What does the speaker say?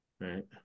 right